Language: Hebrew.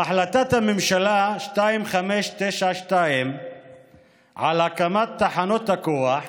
בהחלטת הממשלה 2592 על הקמת תחנות הכוח,